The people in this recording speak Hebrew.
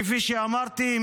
כפי שאמרתי,